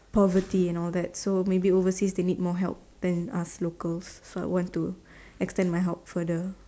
poverty and all that so maybe overseas they need more help than us locals so I want to extend my help further